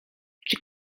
czy